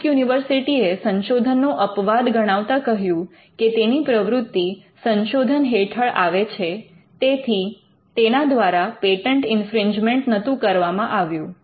Duke university એ સંશોધનનો અપવાદ ગણાવતા કહ્યું કે તેની પ્રવૃત્તિ સંશોધન હેઠળ આવે છે તેથી તેના દ્વારા પેટન્ટ ઇન્ફ્રિંજમેન્ટ નહતું કરવામાં આવ્યું